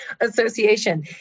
association